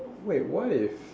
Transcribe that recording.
wait what if